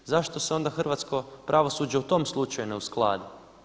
Zašto se onda hrvatsko pravosuđe u tom slučaju ne uskladi?